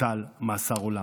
הוטל מאסר עולם.